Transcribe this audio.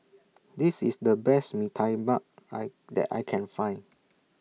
This IS The Best Mee Tai Bak I that I Can Find